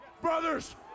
Brothers